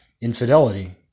infidelity